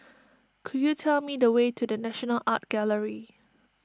could you tell me the way to the National Art Gallery